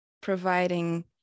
providing